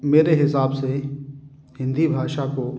मेरे हिसाब से हिन्दी भाषा को